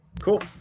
Cool